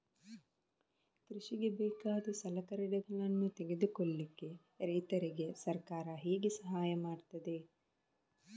ಕೃಷಿಗೆ ಬೇಕಾದ ಸಲಕರಣೆಗಳನ್ನು ತೆಗೆದುಕೊಳ್ಳಿಕೆ ರೈತರಿಗೆ ಸರ್ಕಾರ ಹೇಗೆ ಸಹಾಯ ಮಾಡ್ತದೆ?